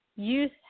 Youth